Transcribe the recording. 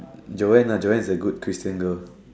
Joanne lah Joanne is a good Christian girl